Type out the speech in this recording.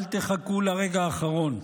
אל תחכו לרגע האחרון.